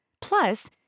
Plus